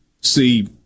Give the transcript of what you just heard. See